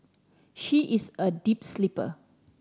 she is a deep sleeper